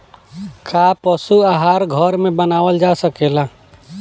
का पशु आहार घर में बनावल जा सकेला?